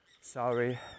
sorry